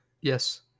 Yes